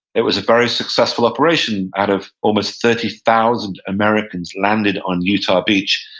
it was a very successful operation. out of almost thirty thousand americans landed on utah beach,